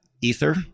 Ether